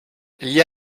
gli